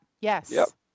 Yes